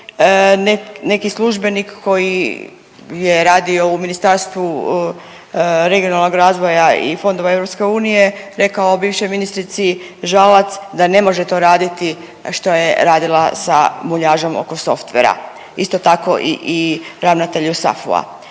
neki službenik koji je radio u Ministarstvu regionalnog razvoja i fondova EU rekao bivšoj ministrici Žalac da ne može to raditi što je radila sa muljažama oko softvera, isto tako i ravnatelju SAFU-a.